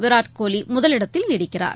விராட் கோலிமுதலிடத்தில் நீடிக்கிறார்